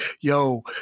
yo